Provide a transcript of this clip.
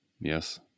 Yes